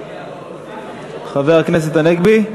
חבר הכנסת הנגבי?